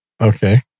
okay